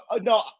no